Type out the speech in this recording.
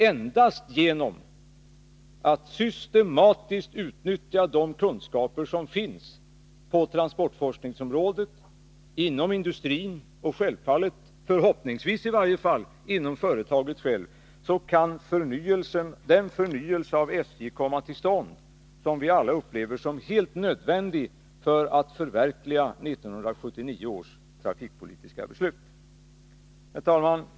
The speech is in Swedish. Endast genom att man systematiskt utnyttjar de kunskaper som finns på transportforskningsområdet, inom industrin och självfallet — förhoppningsvis i varje fall — inom företaget självt kan den förnyelse av SJ komma till stånd som vi alla upplever som helt nödvändig för att förverkliga 1979 års trafikpolitiska beslut. Herr talman!